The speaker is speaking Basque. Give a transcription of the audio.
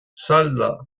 salda